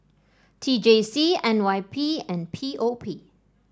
T J C N Y P and P O P